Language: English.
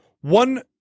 one